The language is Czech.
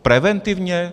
Preventivně?